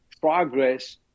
progress